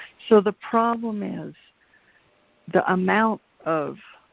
so the problem is the amount of